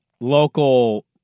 local